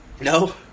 No